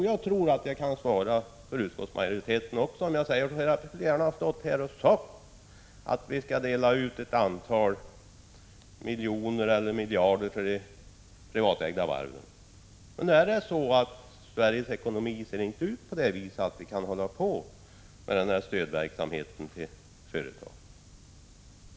Jag tror att jag talar för hela utskottsmajoriteten när jag säger att jag gärna skulle ha velat förklara att vi skall dela ut ett antal miljoner eller miljarder till de privatägda varven, men nu är det en gång så att Sveriges ekonomi inte ser ut på det viset att vi kan hålla på med sådan stödverksamhet till företag.